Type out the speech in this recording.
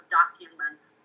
documents